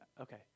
okay